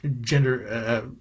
gender